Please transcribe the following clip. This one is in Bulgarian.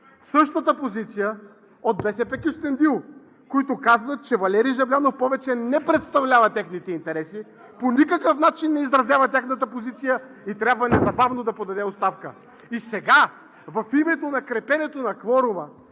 Същата позиция от БСП – Кюстендил, които казват, че Валери Жаблянов повече не представлява техните интереси, по никакъв начин не изразява тяхната позиция и трябва незабавно да подаде оставка. И сега в името на крепенето на кворума,